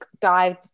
dived